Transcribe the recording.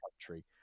country